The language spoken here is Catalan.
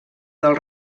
del